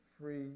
free